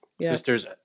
sisters